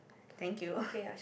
thank you